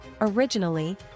Originally